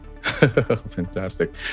Fantastic